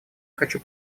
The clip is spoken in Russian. хочу